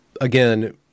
again